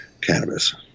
cannabis